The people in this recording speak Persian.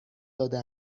داده